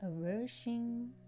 aversion